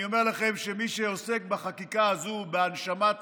אני אומר לכם שמי שעוסק בחקיקה הזו, בהנשמת